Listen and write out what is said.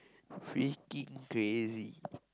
freaking crazy